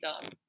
done